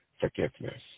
forgiveness